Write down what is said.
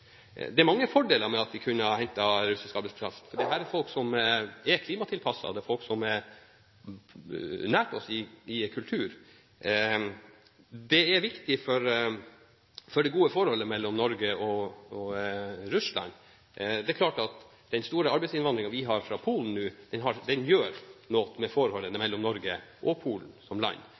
det er vanskelig til Norge. Det er mange fordeler med det å hente russisk arbeidskraft. Det er folk som er klimatilpasset, det er folk som står oss nær når det gjelder kultur, og det er viktig for det gode forholdet mellom Norge og Russland. Det er klart at den store arbeidsinnvandringen vi nå har fra Polen, gjør noe med forholdet mellom Norge og Polen – som land.